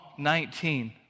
19